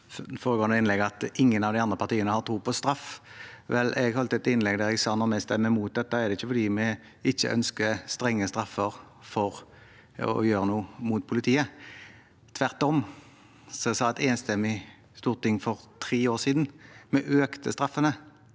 ingen av de andre partiene har tro på straff. Jeg holdt et innlegg der jeg sa at når vi stemmer mot dette, er ikke det fordi vi ikke ønsker strenge straffer for å gjøre noe mot politiet. Tvert om økte et enstemmig storting straffene for tre år siden. Alle sammen